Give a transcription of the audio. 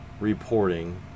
reporting